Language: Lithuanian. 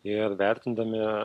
ir vertindami